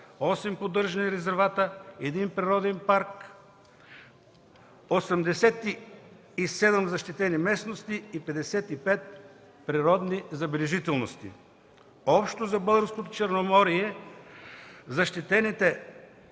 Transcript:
поддържани резервата, един природен парк, 87 защитени местности и 55 природни забележителности. Общо за българското Черноморие защитените